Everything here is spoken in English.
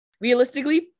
Realistically